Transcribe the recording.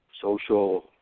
social